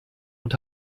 und